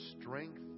strength